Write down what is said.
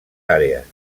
àrees